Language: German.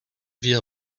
wir